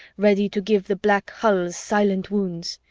ready to give the black hulls silent wounds.